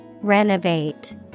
Renovate